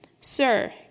Sir